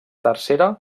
tercera